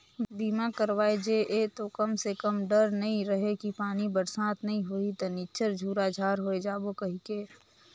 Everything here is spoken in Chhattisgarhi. बीमा करवाय जे ये तो कम से कम डर नइ रहें कि पानी बरसात नइ होही त निच्चर झूरा झार होय जाबो कहिके